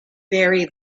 very